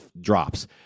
drops